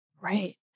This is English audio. Right